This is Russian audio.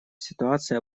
ситуации